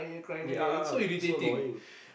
ya so annoying